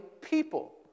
people